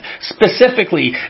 specifically